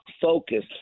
focus